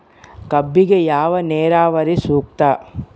ಕಬ್ಬಿಗೆ ಯಾವ ನೇರಾವರಿ ಸೂಕ್ತ?